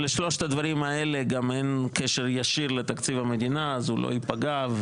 לשלושת הדברים האלה גם אין קשר ישיר לתקציב המדינה אז הוא לא ייפגע.